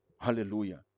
Hallelujah